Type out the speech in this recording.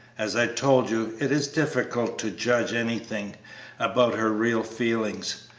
as i told you, it is difficult to judge anything about her real feelings.